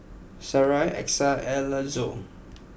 Sarai Exa and Alanzo